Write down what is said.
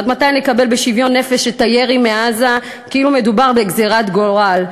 עד מתי נקבל בשוויון נפש את הירי מעזה כאילו מדובר בגזירת גורל,